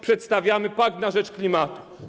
Przedstawiamy pakt na rzecz klimatu.